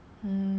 mm